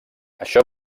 això